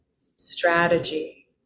strategy